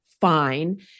fine